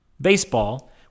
Baseball